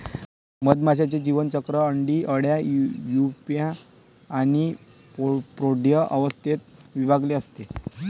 मधमाशीचे जीवनचक्र अंडी, अळ्या, प्यूपा आणि प्रौढ अवस्थेत विभागलेले असते